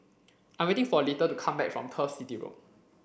I'm waiting for Little to come back from Turf City Road